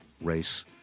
race